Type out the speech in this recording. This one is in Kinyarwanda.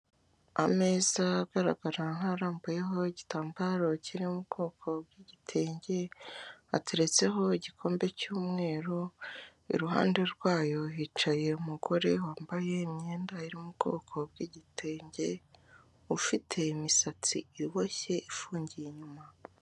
Ameza agaragara nkarambuyeho igitambaro kiririmo ubwoko bw'igitenge, hateretseho igikombe cy'umweru iruhande rwayo hicaye umugore wambaye imyenda yo mu bwoko bw'igitenge ufite imisatsi iboshye ifungiye inyuma.